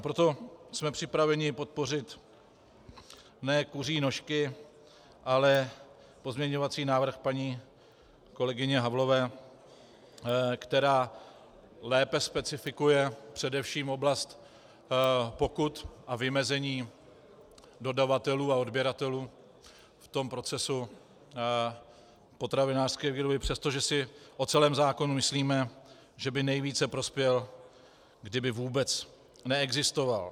Proto jsme připraveni podpořit ne kuří nožky, ale pozměňovací návrh paní kolegyně Havlové, která lépe specifikuje především oblast pokut a vymezení dodavatelů a odběratelů v procesu potravinářské výroby, přestože si o celém zákonu myslíme, že by nejvíce prospěl, kdyby vůbec neexistoval.